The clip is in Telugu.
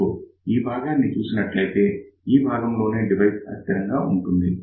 ఇదిగో ఈ భాగాన్ని చూసినట్లయితే ఈ భాగంలోనే డివైస్ అస్థిరంగా ఉండేది